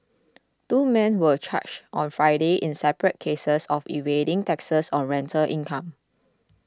two men were charged on Friday in separate cases of evading taxes on rental income